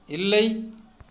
இல்லை